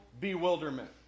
bewilderment